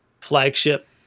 flagship